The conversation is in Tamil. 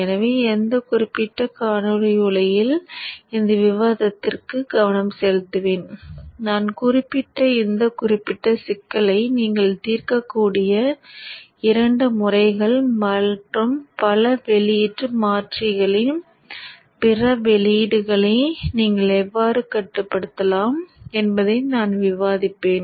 எனவே இந்த குறிப்பிட்ட காணொளி உரையில் இந்த விவாதத்திற்கு கவனம் செலுத்துவேன் நான் குறிப்பிட்ட இந்த குறிப்பிட்ட சிக்கலை நீங்கள் தீர்க்கக்கூடிய இரண்டு முறைகள் மற்றும் பல வெளியீட்டு மாற்றிகளின் பிற வெளியீடுகளை நீங்கள் எவ்வாறு கட்டுப்படுத்தலாம் என்பதை நான் விவாதிப்பேன்